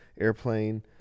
airplane